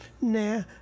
Nah